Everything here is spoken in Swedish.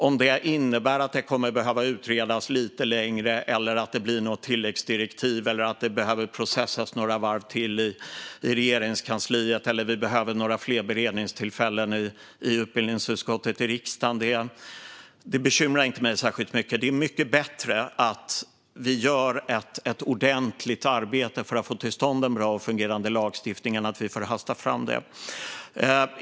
Om detta innebär att det kommer att behöva utredas lite längre, att det blir något tilläggsdirektiv, att det behöver processas några varv till i Regeringskansliet eller att vi behöver några fler beredningstillfällen i utbildningsutskottet i riksdagen bekymrar inte det mig särskilt mycket. Det är mycket bättre att vi gör ett ordentligt arbete för att få till stånd en bra och fungerande lagstiftning än att vi får hasta fram detta.